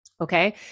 Okay